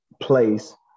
place